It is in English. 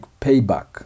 payback